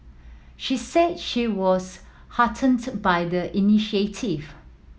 she said she was heartened by the initiative